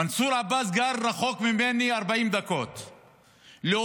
מנסור עבאס גר במרחק 40 דקות ממני.